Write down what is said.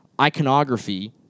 iconography